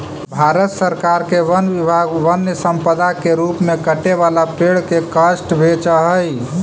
भारत सरकार के वन विभाग वन्यसम्पदा के रूप में कटे वाला पेड़ के काष्ठ बेचऽ हई